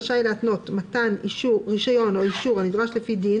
רשאי להתנות מתן רישיון או אישור הנדרש לפי דין